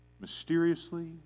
mysteriously